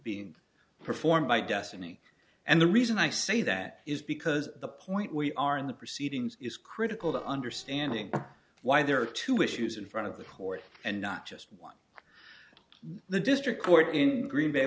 being performed by destiny and the reason i say that is because the point we are in the proceedings is critical to understanding why there are two issues in front of the court and not just one the district court in green bay